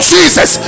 Jesus